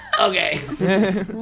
Okay